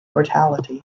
mortality